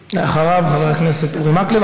אחריו, חבר הכנסת אורי מקלב.